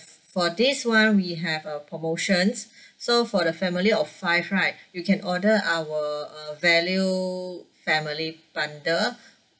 for this one we have a promotions so for the family of five right you can order our uh value family bundle